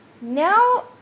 now